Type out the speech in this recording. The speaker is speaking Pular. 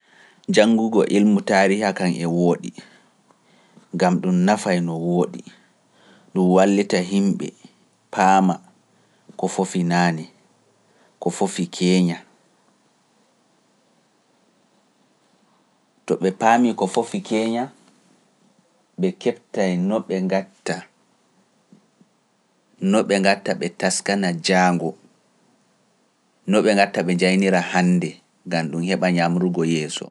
Janngugo ilmu taariiha kan e wooɗi, gam ɗum nafay no wooɗi, ɗum wallita himɓe paama ko fofi baawo, kadi be taskana no be njarirta hore cadeele duniya yeeso.